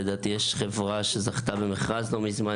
לדעתי, יש חברה שזכתה במכרז לא מזמן